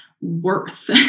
worth